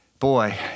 Boy